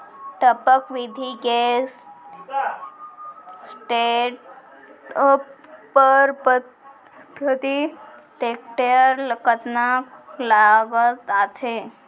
टपक विधि के सेटअप बर प्रति हेक्टेयर कतना लागत आथे?